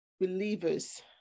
believers